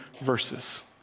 verses